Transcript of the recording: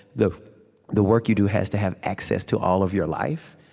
the the work you do has to have access to all of your life.